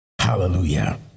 Hallelujah